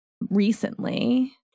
recently